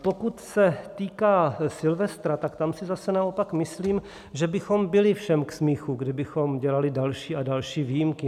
Pokud se týká silvestra, tak tam si zase naopak myslím, že bychom byli všem k smíchu, kdybychom dělali další a další výjimky.